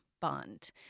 bond